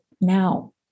now